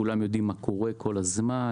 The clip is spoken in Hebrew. כולם יודעים מה קורה כל הזמן.